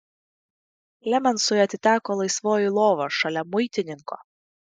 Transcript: klemensui atiteko laisvoji lova šalia muitininko